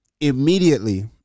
immediately